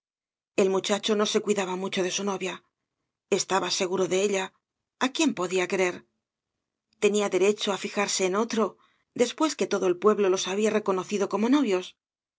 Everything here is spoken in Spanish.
el muchacho no se cuidaba mucho de su novia estaba seguro de elja a quién podia querer tenia derecho á fijarse en otro después que todo el pueblo los había reconocido como novios